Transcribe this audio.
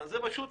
זה פשוט